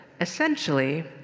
essentially